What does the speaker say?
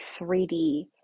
3D